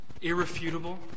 irrefutable